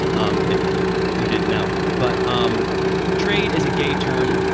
um if you did know, but um trade is a gay term,